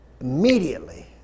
immediately